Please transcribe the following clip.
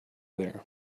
there